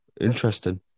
interesting